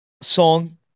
song